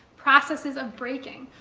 processes of breaking.